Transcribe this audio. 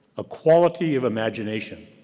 a quality of imagination,